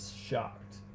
shocked